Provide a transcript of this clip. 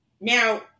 now